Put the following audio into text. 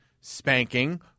spanking